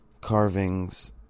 carvings